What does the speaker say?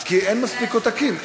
כי אין מספיק עותקים.